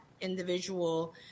individual